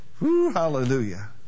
Hallelujah